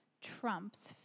trumps